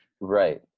Right